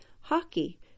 hockey